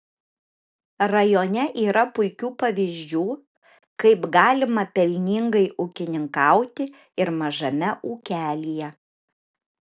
rajone yra puikių pavyzdžių kaip galima pelningai ūkininkauti ir mažame ūkelyje